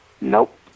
Nope